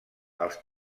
als